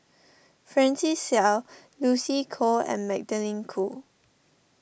Francis Seow Lucy Koh and Magdalene Khoo